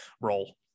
role